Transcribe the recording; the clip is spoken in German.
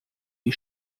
die